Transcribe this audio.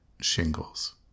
shingles